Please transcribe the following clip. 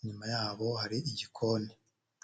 inyuma yabo hari igikoni.